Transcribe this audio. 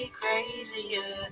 crazier